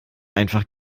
einfach